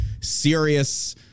serious